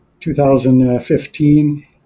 2015